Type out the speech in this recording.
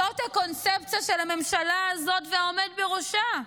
זאת הקונספציה של הממשלה הזאת והעומד בראשה.